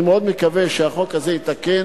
אני מאוד מקווה שהחוק הזה יתוקן.